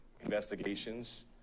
investigations